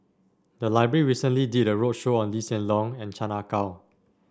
the library recently did a roadshow on Lee Hsien Yang and Chan Ah Kow